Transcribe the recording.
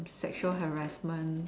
sexual harassment